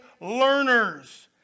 learners